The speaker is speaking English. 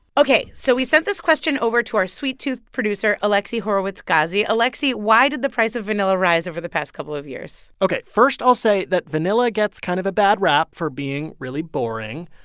ok. so we sent this question over to our sweet-toothed producer alexi horowitz-ghazi. alexi, why did the price of vanilla rise over the past couple of years? ok. first, i'll say that vanilla gets kind of a bad rap for being really boring.